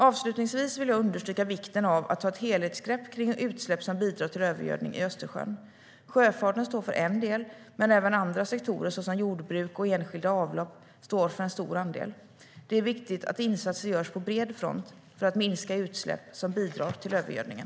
Avslutningsvis vill jag understryka vikten av att ta ett helhetsgrepp kring utsläpp som bidrar till övergödning i Östersjön. Sjöfarten står för en del, men även andra sektorer såsom jordbruk och enskilda avlopp står för en stor andel. Det är viktigt att insatser görs på bred front för att minska de utsläpp som bidrar till övergödningen.